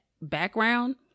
background